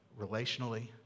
relationally